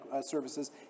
services